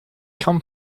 come